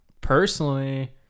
personally